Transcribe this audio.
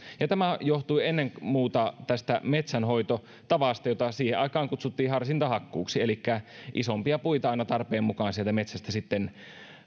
tämä johtui ennen muuta tästä metsänhoitotavasta jota siihen aikaan kutsuttiin harsintahakkuuksi elikkä isompia puita aina tarpeen mukaan sieltä metsästä